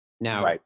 Now